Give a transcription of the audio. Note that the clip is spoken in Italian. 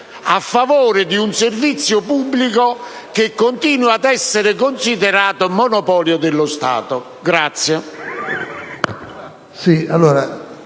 a favore di un servizio pubblico che continua ad essere considerato monopolio dello Stato.